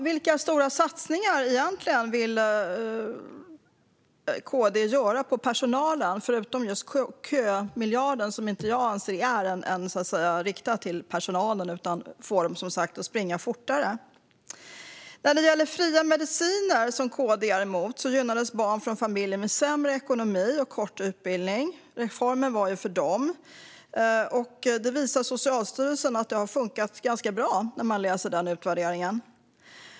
Vilka stora satsningar vill KD egentligen göra på personalen förutom just kömiljarden, som jag anser inte är riktad till personalen utan endast får den att springa fortare? När det gäller fria mediciner som KD är emot gynnades barn från familjer med sämre ekonomi och kort utbildning. Reformen var för dem. Socialstyrelsens utvärdering har visat att den har funkat bra.